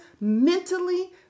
mentally